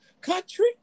country